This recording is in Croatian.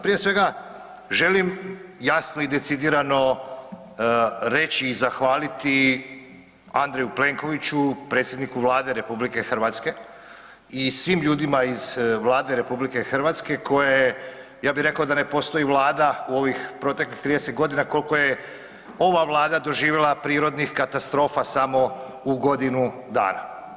Prije svega želim jasno i decidirano reći i zahvaliti Andreju Plenkoviću predsjedniku Vlade RH i svim ljudima iz Vlade RH koje, ja bih rekao da ne postoji vlada u ovih proteklih 30 godina koliko je ova Vlada doživjela prirodnih katastrofa samo u godinu dana.